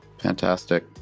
fantastic